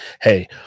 Hey